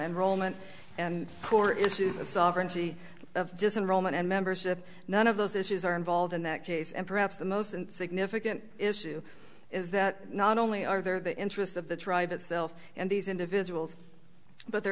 enrollment and core issues of sovereignty of just enrollment and membership none of those issues are involved in that case and perhaps the most significant issue is that not only are there the interests of the tribe itself and these individuals but